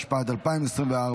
התשפ"ד 2024,